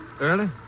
Early